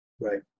Right